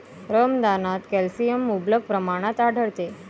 रमदानात कॅल्शियम मुबलक प्रमाणात आढळते